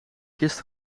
kist